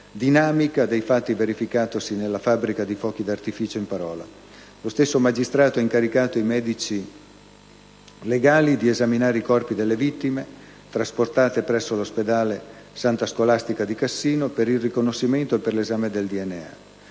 dinamica dei fatti verificatesi nella fabbrica di fuochi d'artificio in parola. Lo stesso magistrato ha incaricato i medici legali di esaminare i corpi delle vittime, trasportate presso l'ospedale S. Scolastica di Cassino per il riconoscimento e per l'esame del DNA.